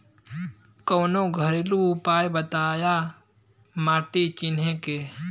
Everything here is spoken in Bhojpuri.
कवनो घरेलू उपाय बताया माटी चिन्हे के?